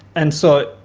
and so,